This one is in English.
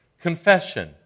Confession